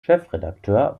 chefredakteur